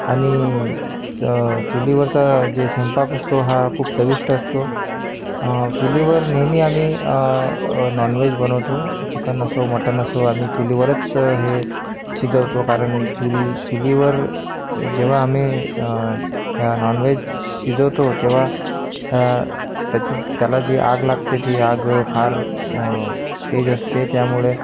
आणि चुलीवरचा जे स्वयंपाक असतो हा खूप चविष्ट असतो चुलीवर नेहमी आम्ही नॉनव्हेज बनवतो चिकन असो मटन असो आम्ही चुलीवरच हे शिजवतो कारण चूल चुलीवर जेव्हा आम्ही नॉनव्हेज शिजवतो तेव्हा त्याची त्याला जी आग लागते ती आग फार तेज असते त्यामुळे